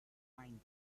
pine